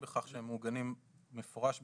בכך שהם מוגנים מפורשות בחקיקה,